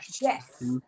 Yes